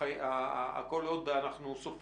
אני רוצה לומר שהכול כתוב